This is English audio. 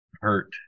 hurt